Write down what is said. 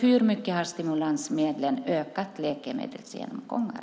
Hur mycket har alltså stimulansmedlen ökat antalet läkemedelsgenomgångar?